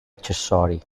accessori